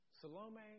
Salome